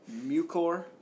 Mucor